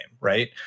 right